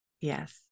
Yes